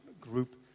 group